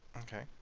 Okay